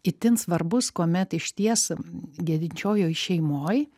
itin svarbus kuomet išties gedinčiojoj šeimoj